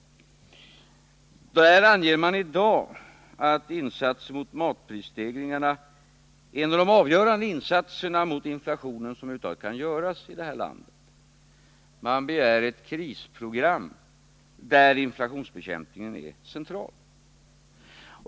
Där anger man i dag att åtgärder mot matprisstegringarna är en av de avgörande insatser mot inflationen som över huvud taget kan göras i det här landet. Man begär ett krisprogram, där inflationsbekämpningen är central.